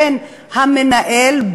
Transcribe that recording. בין המנהל,